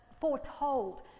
foretold